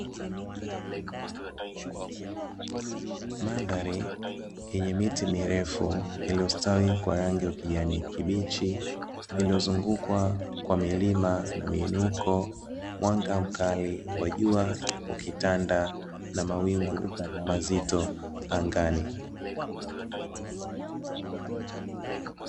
Mandhari yenye miti mirefu iliyostawi kwa rangi ya ukijani kibichi, iliyo zungukwa kwa milima na miinuko; mwanga mkali wa jua ukitanda na mawingu mazito angani.